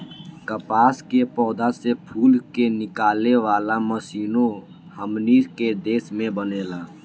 कपास के पौधा से फूल के निकाले वाला मशीनों हमनी के देश में बनेला